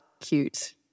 cute